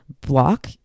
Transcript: block